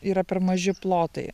yra per maži plotai